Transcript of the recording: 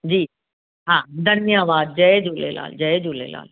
जी हा धन्यवाद जय झूलेलाल जय झूलेलाल